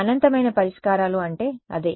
అనంతమైన పరిష్కారాలు అంటే అదే